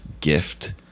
gift